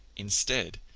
instead,